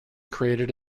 created